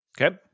Okay